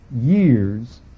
years